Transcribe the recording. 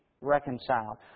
reconciled